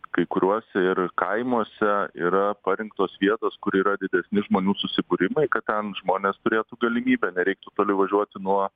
kai kuriuose ir kaimuose yra parinktos vietos kur yra didesni žmonių susibūrimai kad ten žmonės turėtų galimybę nereiktų toli važiuoti nuo